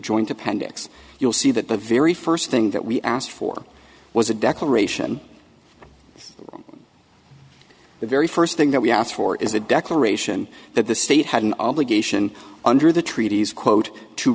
joint appendix you'll see that the very first thing that we asked for was a declaration the very first thing that we asked for is a declaration that the state had an obligation under the treaties quote to